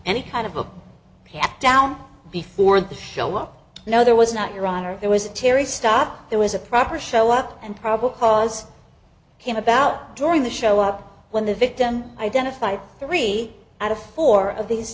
any kind of a pat down before the fellow you know there was not your honor there was a terry stop there was a proper show up and probable cause came about during the show up when the victim identified three out of four of these